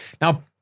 Now